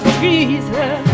jesus